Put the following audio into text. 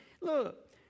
Look